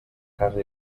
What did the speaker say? casa